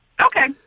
Okay